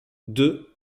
deux